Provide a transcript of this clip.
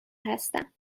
هستم